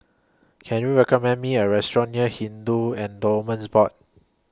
Can YOU recommend Me A Restaurant near Hindu Endowments Board